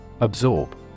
Absorb